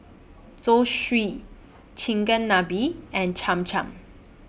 Zosui Chigenabe and Cham Cham